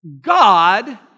God